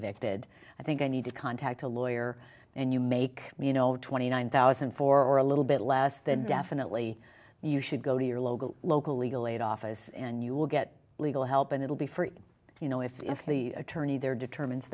evicted i think i need to contact a lawyer and you make me you know twenty nine thousand for a little bit less than definitely you should go to your local local legal aid office and you will get legal help and it'll be free you know if the attorney there determines